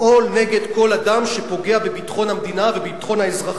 לפעול נגד כל אדם שפוגע בביטחון המדינה ובביטחון האזרחים.